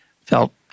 felt